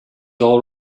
all